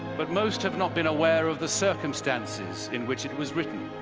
but most have not been aware of the circumstances in which it was written.